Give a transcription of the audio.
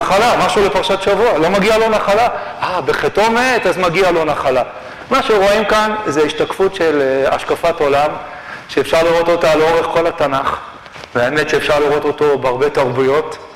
נחלה, משהו לפרשת שבוע, לא מגיעה לו נחלה, אה, בחתום עת, אז מגיע לו נחלה. מה שרואים כאן זה השתקפות של השקפת עולם, שאפשר לראות אותה לאורך כל התנ"ך, והאמת שאפשר לראות אותו בהרבה תרבויות.